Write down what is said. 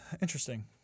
interesting